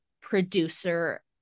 producer